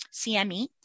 CME